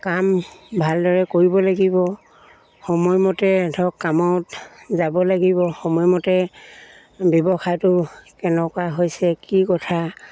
কাম ভালদৰে কৰিব লাগিব সময়মতে ধৰক কামত যাব লাগিব সময়মতে ব্যৱসায়টো কেনেকুৱা হৈছে কি কথা